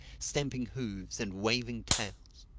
stamping hoofs and waving tails